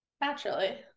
Naturally